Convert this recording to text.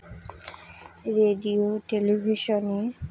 radio টেলিভিশনে